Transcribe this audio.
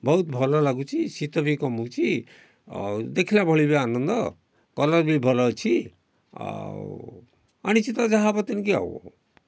ବହୁତ ଭଲ ଲାଗୁଛି ଶୀତ ବି କମୋଉଛି ଆଉ ଦେଖିଲା ଭଳି ବି ଆନନ୍ଦ କଲର୍ ବି ଭଲ ଅଛି ଆଉ ଆଣିଛି ତ ଯାହା ହେବ ତେଣିକି ଆଉ